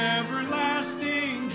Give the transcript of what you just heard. everlasting